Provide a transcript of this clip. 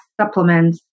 supplements